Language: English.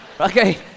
Okay